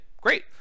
great